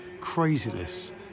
craziness